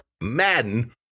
Madden